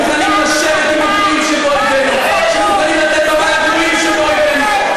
אנחנו כבר התרגלנו לחברי כנסת שמוכנים לשבת עם הגדולים שבאויבנו,